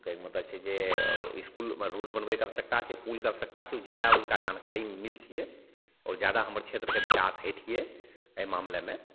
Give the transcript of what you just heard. कहैके मतलब छै जे इसकुलमे रोड बनबैके आवश्यकता छै पुलके आवश्यकता छै ओ जादा हुनका जानकारी मिलतिए आओर जादा हमर क्षेत्रके विकास हेतिए एहि मामिलेमे